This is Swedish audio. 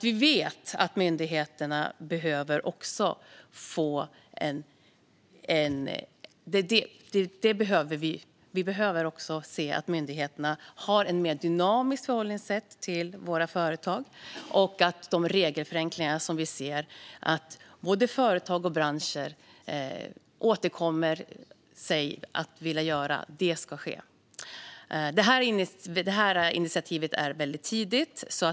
Vi behöver se att myndigheterna har ett mer dynamiskt förhållningssätt till våra företag, och de regelförenklingar som både företag och branscher återkommande säger behöver göras ska också bli verklighet. Det är fortfarande väldigt tidigt.